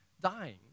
dying